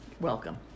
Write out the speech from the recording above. Welcome